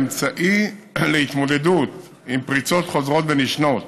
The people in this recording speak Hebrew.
אמצעי להתמודדות עם פריצות חוזרות ונשנות